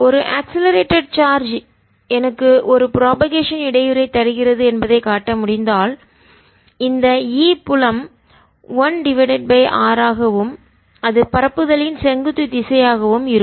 ஒரு accelerated charge எனக்கு ஒரு புரோபகேஷன் இடையூறு ஐ தருகிறது என்பதை காட்ட முடிந்தால்இந்த E புலம் 1 r ஆகவும் அது பரப்புதலின் செங்குத்து திசையாகவும் இருக்கும்